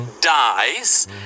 DIES